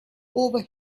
over